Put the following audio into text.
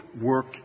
work